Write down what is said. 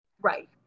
Right